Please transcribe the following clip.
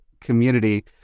community